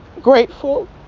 grateful